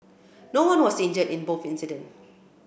no one was injured in both incident